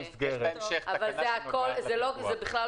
התש"ף 2020 מתקינה הממשלה תקנות אלה: הגדרות ב בתקנות אלה